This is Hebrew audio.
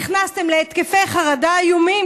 נכנסתם להתקפי חרדה איומים,